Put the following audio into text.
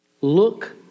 Look